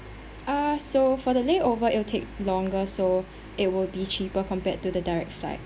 uh so for the layover it will take longer so it will be cheaper compared to the direct flight